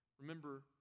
Remember